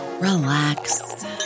relax